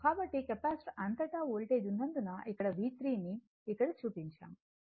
కాబట్టి కెపాసిటర్ అంతటా వోల్టేజ్ ఉన్నందున ఇక్కడ V3 ని ఇక్కడ చూపించాము